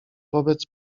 wobec